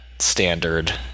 standard